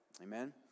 Amen